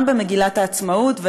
וגם במגילת העצמאות,